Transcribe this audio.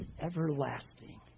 everlasting